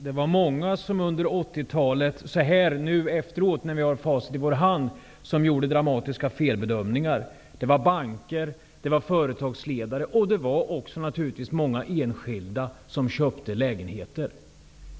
Herr talman! Så här efteråt med facit i hand kan vi konstatera att det var många som under 80-talet gjorde dramatiska felbedömningar. Det var banker, det var företagsledare, och det var naturligtvis också många enskilda, som köpte lägenheter.